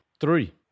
three